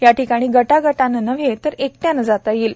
याठिकाणी गटागटाने नव्हे तर एकट्याने जाता येईल